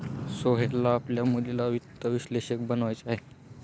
सोहेलला आपल्या मुलीला वित्त विश्लेषक बनवायचे आहे